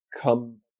come